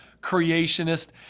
creationist